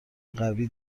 قوی